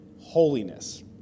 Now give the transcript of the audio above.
holiness